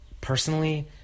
Personally